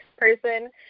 person